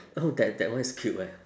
oh that that one is cute eh